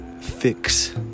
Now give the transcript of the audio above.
fix